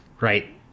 Right